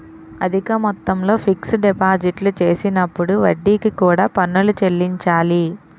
అధిక మొత్తంలో ఫిక్స్ డిపాజిట్లు చేసినప్పుడు వడ్డీకి కూడా పన్నులు చెల్లించాలి